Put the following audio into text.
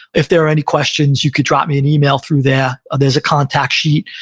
if there are any questions, you could drop me an email through there. there's a contact sheet.